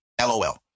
LOL